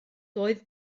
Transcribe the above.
doedd